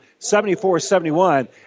74-71